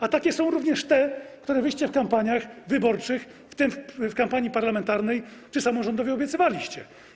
A takie są również te, które w kampaniach wyborczych, w tym w kampanii parlamentarnej czy samorządowej, obiecywaliście.